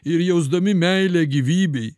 ir jausdami meilę gyvybei